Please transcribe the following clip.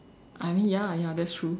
I mean ya ya that's true